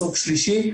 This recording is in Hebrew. מסוק שלישי,